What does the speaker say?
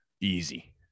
easy